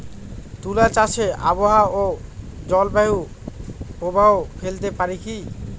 তুলা চাষে আবহাওয়া ও জলবায়ু প্রভাব ফেলতে পারে কি?